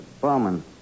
Bowman